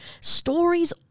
Stories